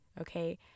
okay